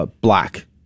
black